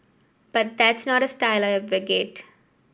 but that's not a style I advocate